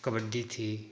कबड्डी थी